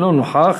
לא נוכח.